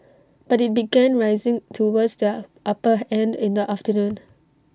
but IT began rising towards the upper end in the afternoon